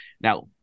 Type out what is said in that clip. Now